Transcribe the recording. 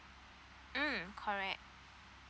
mm correct